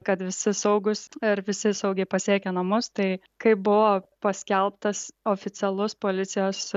kad visi saugūs ir visi saugiai pasiekė namus tai kai buvo paskelbtas oficialus policijos